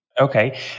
Okay